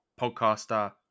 podcaster